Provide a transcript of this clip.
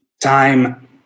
time